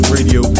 Radio